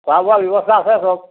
খোৱা বোৱাৰ ব্যৱস্থা আছে সব